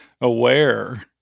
aware